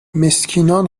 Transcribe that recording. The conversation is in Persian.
مسکینان